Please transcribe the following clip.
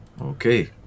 okay